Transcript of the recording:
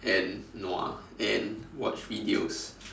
and nua and watch videos